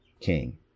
king